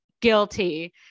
guilty